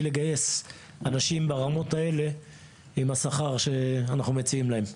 לגייס אנשים ברמות האלה עם השכר שאנחנו מציעים להם.